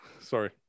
Sorry